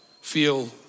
feel